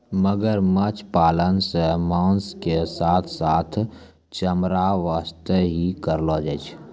मगरमच्छ पालन सॅ मांस के साथॅ साथॅ चमड़ा वास्तॅ ही करलो जाय छै